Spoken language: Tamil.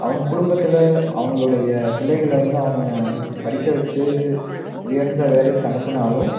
அவங்க குடும்பத்தில் அவங்களுடைய பிள்ளைகளை வந்து அவங்க படிக்க வச்சு உயர்ந்த வேலைக்கு அனுப்பினாலும்